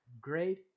great